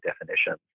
definitions